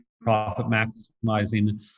profit-maximizing